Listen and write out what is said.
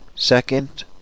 second